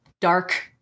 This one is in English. dark